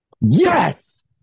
Yes